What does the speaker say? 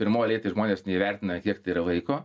pirmoj eilėj tai žmonės neįvertina kiek tai yra laiko